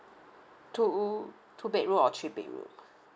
two two bedroom or three bedroom